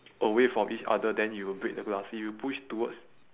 away from each other then it will break the glass if you push towards